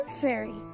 fairy